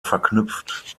verknüpft